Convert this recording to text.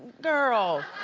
girl.